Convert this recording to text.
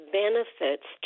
benefits